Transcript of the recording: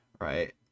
right